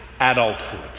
adulthood